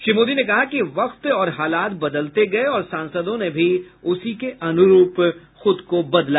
श्री मोदी ने कहा कि वक्त और हालात बदलते गये और सांसदों ने भी उसी के अनुरूप खुद को बदला